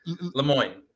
Lemoyne